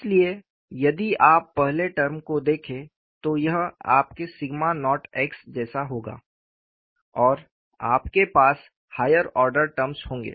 इसलिए यदि आप पहले टर्म को देखें तो यह आपके सिग्मा नॉट x जैसा होगा और आपके पास हायर ऑर्डर टर्म्स होंगे